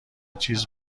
چیز